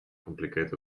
complicated